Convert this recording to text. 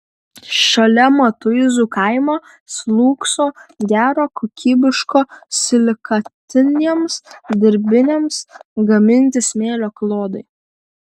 šalia matuizų kaimo slūgso gero kokybiško silikatiniams dirbiniams gaminti smėlio klodai